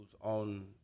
on